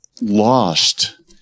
lost